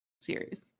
series